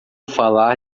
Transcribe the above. falar